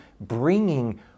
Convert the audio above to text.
bringing